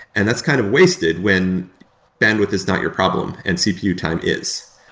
and that's kind of wasted when bandwidth is not your problem and cpu time is.